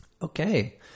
Okay